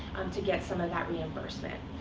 to get some of that reimbursement.